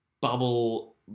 bubble